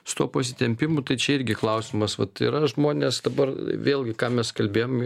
su tuo pasitempimu tai čia irgi klausimas vat yra žmonės dabar vėlgi ką mes kalbėjom